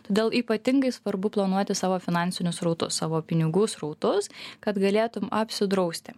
todėl ypatingai svarbu planuotis savo finansinius srautus savo pinigų srautus kad galėtum apsidrausti